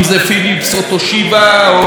היטאצ'י או סמסונג,